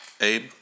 Abe